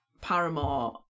Paramore